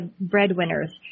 breadwinners